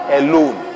alone